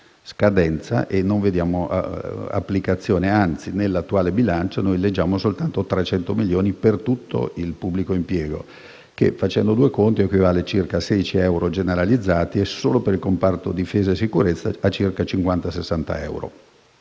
pronuncia e non ne vediamo applicazione; anzi, nell'attuale bilancio leggiamo uno stanziamento soltanto di 300 milioni di euro per tutto il pubblico impiego, che, facendo due conti, equivale circa a 16 euro generalizzati e, solo per il comparto difesa e sicurezza, a circa 50-60 euro.